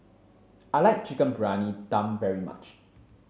I like Chicken Briyani Dum very much